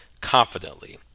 confidently